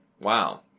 Wow